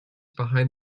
behind